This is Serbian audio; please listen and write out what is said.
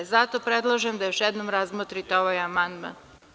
Zato predlažem da još jednom razmotrite ovaj amandman.